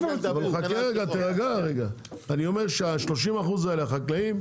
אומר שה-30% האלה, החקלאים,